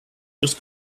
just